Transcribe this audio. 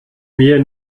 mir